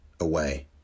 away